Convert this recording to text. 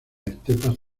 estepas